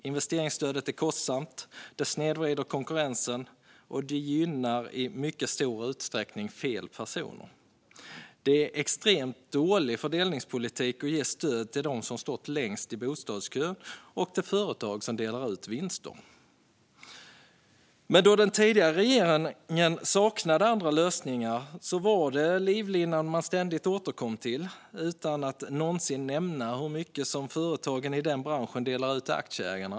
Investeringsstödet är kostsamt, snedvrider konkurrensen och gynnar i mycket stor utsträckning fel personer. Det är extremt dålig fördelningspolitik att ge stöd till dem som stått längst i bostadskön och till företag som delar ut vinster. Då den tidigare regeringen saknade lösningar var detta livlinan man ständigt återkom till utan att någonsin nämna hur mycket företagen i denna bransch delar ut till aktieägarna.